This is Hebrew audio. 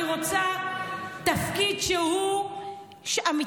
אני רוצה תפקיד שהוא אמיתי,